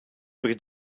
per